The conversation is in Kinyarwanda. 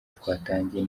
twatangiye